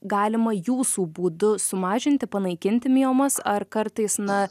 galima jūsų būdu sumažinti panaikinti miomas ar kartais na